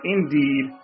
Indeed